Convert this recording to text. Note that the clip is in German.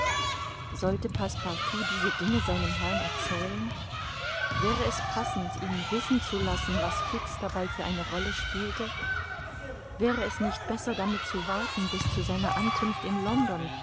sollte passepartout diese dinge seinem herrn erzählen wäre es passend ihn wissen zu lassen was fix dabei für eine rolle spielte wäre es nicht besser damit zu warten bis zu seiner ankunft in london